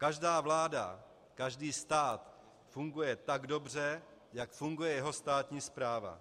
Každá vláda, každý stát funguje tak dobře, jak funguje jeho státní správa.